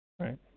Right